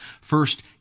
First